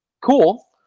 cool